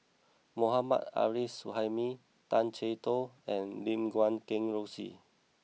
Mohammad Arif Suhaimi Tay Chee Toh and Lim Guat Kheng Rosie